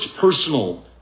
personal